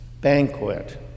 banquet